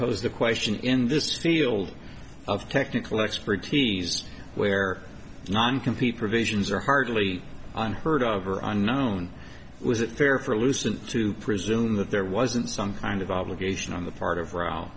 pose the question in this field of technical expertise where noncom peeper visions are hardly on heard of or unknown was it fair for lucent to presume that there wasn't some kind of obligation on the part of ro